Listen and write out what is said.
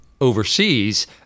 overseas